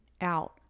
out